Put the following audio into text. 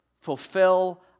fulfill